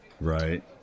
Right